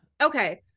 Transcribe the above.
okay